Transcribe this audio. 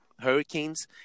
hurricanes